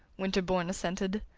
winterbourne assented.